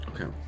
Okay